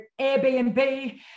Airbnb